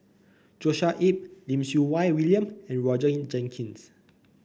Joshua Ip Lim Siew Wai William and Roger Jenkins